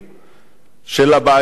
של הבעיה הזאת,